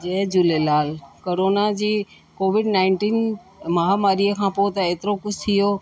जय Jhulelal corona जी Covid nineteen महामारीअ खां पोइ त हेतिरो कुझु थी वियो